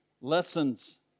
lessons